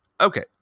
okay